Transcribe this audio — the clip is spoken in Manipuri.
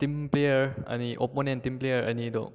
ꯇꯤꯝ ꯄ꯭ꯂꯦꯌꯔ ꯑꯅꯤ ꯑꯣꯄꯣꯅꯦꯟ ꯇꯤꯝ ꯄ꯭ꯂꯦꯌꯔ ꯑꯅꯤꯗꯣ